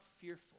fearful